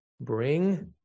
Bring